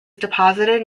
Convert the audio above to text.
deposited